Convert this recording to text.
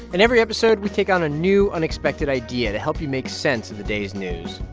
in every episode we take on a new, unexpected idea to help you make sense of the day's news.